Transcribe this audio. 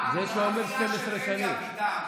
זה שאומר "12 שנים".